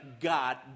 God